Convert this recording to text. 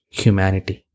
humanity